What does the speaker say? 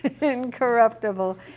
incorruptible